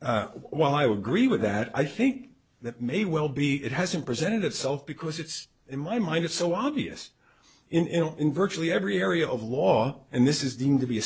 while i would agree with that i think that may well be it hasn't presented itself because it's in my mind it's so obvious in virtually every area of law and this is deemed to be a